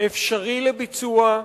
אפשרי לביצוע,